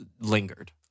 lingered